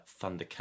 Thundercat